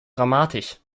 dramatisch